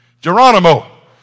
Geronimo